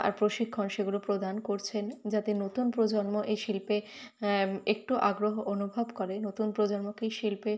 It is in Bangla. আর প্রশিক্ষণ সেগুলো প্রদান করছেন যাতে নতুন প্রজন্ম এই শিল্পে একটু আগ্রহ অনুভব করে নতুন প্রজন্মকেই শিল্পে